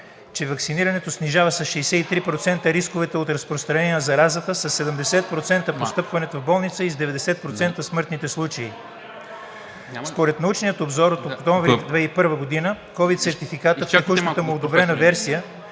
че ваксинирането снижава с 63% рисковете от разпространение на заразата, със 70% постъпването в болница и с 90% смъртните случаи. Според научния обзор от октомври 2001 г. ковид сертификатът в текущата му одобрена версия